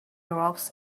rocks